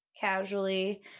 casually